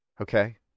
Okay